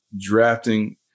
drafting